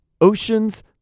Ocean's